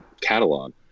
catalog